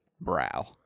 brow